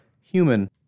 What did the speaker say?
human